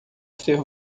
ser